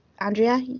Andrea